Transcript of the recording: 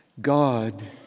God